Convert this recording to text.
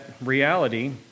reality